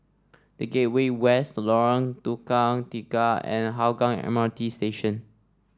The Gateway West Lorong Tukang Tiga and Hougang M R T Station